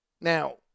Now